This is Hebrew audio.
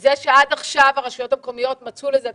זה שעד עכשיו הרשויות המקומיות מצאו לזה פתרון,